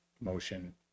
motion